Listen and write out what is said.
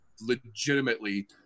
legitimately